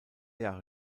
jahre